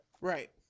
Right